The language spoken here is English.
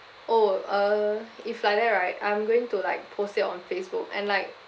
oh uh if like that right I'm going to like post it on facebook and like